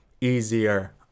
easier